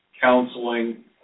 counseling